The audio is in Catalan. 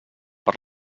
per